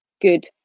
good